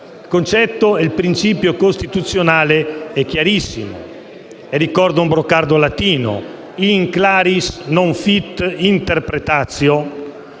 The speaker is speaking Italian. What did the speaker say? funzioni. Il principio costituzionale è chiarissimo. Ricordo un brocardo latino: *in claris non fit interpretatio*.